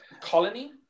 colony